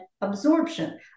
absorption